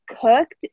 cooked